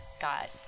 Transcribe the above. got